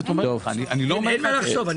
אין מה לחשוב.